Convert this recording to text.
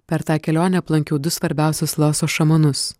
per tą kelionę aplankiau du svarbiausius laoso šamanus